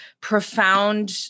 profound